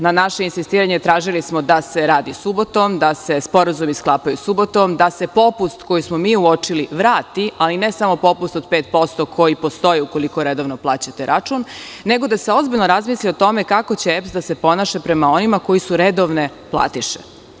Na naše insistiranje tražili smo da se radi subotom, da se sporazumi sklapaju subotom, da se popust koji smo mi uočili vrati, ali ne samo popust od 5%, koji postoji ukoliko redovno plaćate račun, nego da se ozbiljno razmisli o tome kako će EPS da se ponaša prema onima koji su redovne platiše.